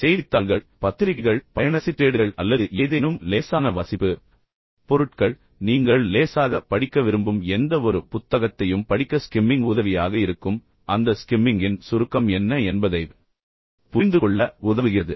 செய்தித்தாள்கள் பத்திரிகைகள் பயண சிற்றேடுகள் அல்லது ஏதேனும் லேசான வாசிப்பு பொருட்கள் அல்லது நீங்கள் லேசாக படிக்க விரும்பும் எந்தவொரு புத்தகத்தையும் படிக்க ஸ்கிம்மிங் மிகவும் உதவியாக இருக்கும் மேலும் அந்த ஸ்கிம்மிங்கின் சுருக்கம் என்ன என்பதைப் புரிந்துகொள்ள உதவுகிறது